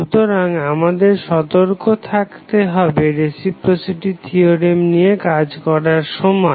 সুতরাং আমাদের সতর্ক থাকতে হবে রেসিপ্রোসিটি থিওরেম নিয়ে কাজ করার সময়